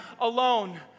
alone